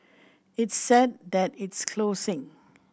it's sad that it's closing